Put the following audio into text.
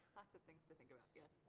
lots of things to think about, yes.